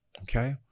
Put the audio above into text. Okay